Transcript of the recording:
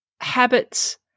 habits